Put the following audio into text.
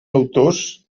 autors